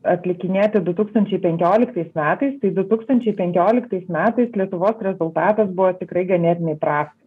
atlikinėti du tūkstančiai penkioliktais metais tai du tūkstančiai penkioliktais metais lietuvos rezultatas buvo tikrai ganėtinai prastas